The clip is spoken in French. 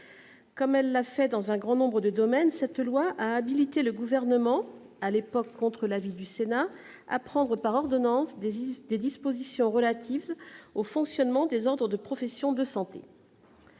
Comme elle l'a fait dans un grand nombre de domaines, cette loi a habilité le Gouvernement- à l'époque contre l'avis du Sénat -à prendre par ordonnances des dispositions relatives au fonctionnement des ordres des professions de santé.